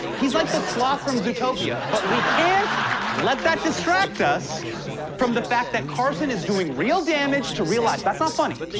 he's like the sloth from zootopia, but we can't let that distract us from the fact that carson is doing real damage to real lives. that's not funny.